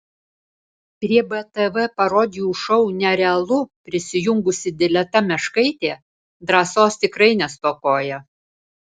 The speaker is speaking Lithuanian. prie btv parodijų šou nerealu prisijungusi dileta meškaitė drąsos tikrai nestokoja